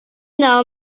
know